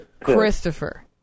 Christopher